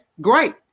great